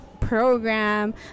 program